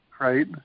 right